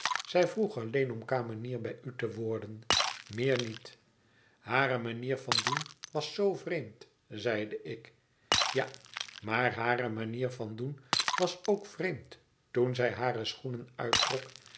zij vroeg alleen om kamenier bij u te worden meer niet hare manier van doen was zoo vreemd zeide ik ja maar hare manier van doen was ook vreemd toen zij hare schoenen uittrok